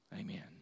amen